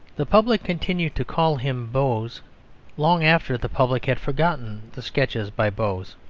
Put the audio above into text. the public continued to call him boz long after the public had forgotten the sketches by boz.